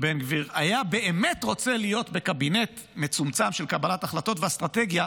בן גביר היה באמת רוצה להיות בקבינט מצומצם של קבלת החלטות ואסטרטגיה,